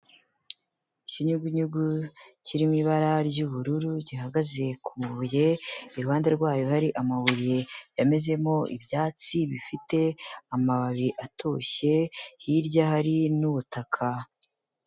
Ikinyugunyugu kiri mu ibara ry'ubururu gihagaze ku mabuye, iruhande rwayo hari amabuye yamezemo ibyatsi bifite amababi atoshye hirya hari n'ubutaka.